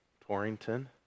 Torrington